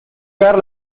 caer